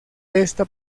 esta